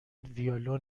ویلون